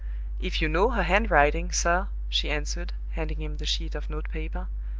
if you know her handwriting, sir, she answered, handing him the sheet of note-paper,